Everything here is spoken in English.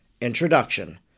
Introduction